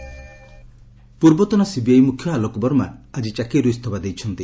CBI Verma ପୂର୍ବତନ CBI ମୁଖ୍ୟ ଆଲୋକ ବର୍ମା ଆଜି ଚାକିରିରୁ ଇସ୍ତଫା ଦେଇଛନ୍ତି